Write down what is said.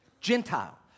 Gentile